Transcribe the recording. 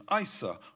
Isa